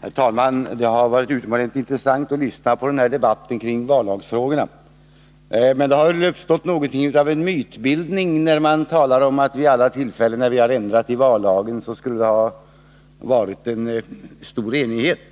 Herr talman! Det har varit utomordentligt intressant att lyssna på den här debatten kring vallagsfrågorna. Det har uppstått något av en mytbildning om att det vid alla de tillfällen då man ändrat vallagen skulle ha rått stor enighet.